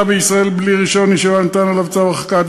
בישראל בלי רישיון ישיבה וניתן עליו צו הרחקה,